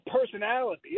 personality